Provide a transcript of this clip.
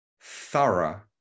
thorough